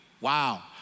Wow